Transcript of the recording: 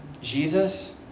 Jesus